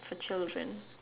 for children